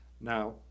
now